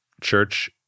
church